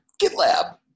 GitLab